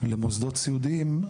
למוסדות סיעודיים,